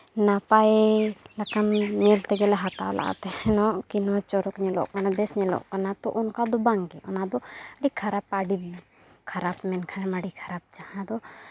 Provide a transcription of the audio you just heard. ᱱᱟᱯᱟᱭ ᱞᱮᱠᱟ ᱧᱮᱞ ᱛᱮᱜᱮ ᱞᱮ ᱦᱟᱛᱟᱣ ᱞᱟᱜ ᱛᱟᱦᱮᱱᱚᱜ ᱠᱤ ᱱᱚᱣᱟ ᱪᱚᱨᱚᱠ ᱧᱮᱞᱚᱜ ᱠᱟᱱᱟ ᱵᱮᱹᱥ ᱧᱮᱞᱚᱜ ᱠᱟᱱᱟ ᱛᱚ ᱚᱱᱠᱟ ᱫᱚ ᱵᱟᱝ ᱜᱮ ᱚᱱᱟ ᱫᱚ ᱟᱹᱰᱤ ᱠᱷᱟᱨᱟᱯᱟ ᱠᱷᱟᱨᱟᱯ ᱢᱮᱱᱠᱷᱟᱱ ᱟᱹᱰᱤ ᱠᱷᱟᱨᱟᱯ ᱡᱟᱦᱟᱸ ᱫᱚ